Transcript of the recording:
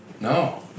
No